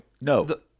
No